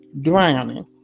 drowning